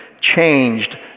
changed